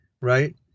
right